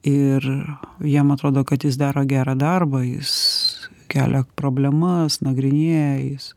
ir jam atrodo kad jis daro gerą darbą jis kelia problemas nagrinėja jis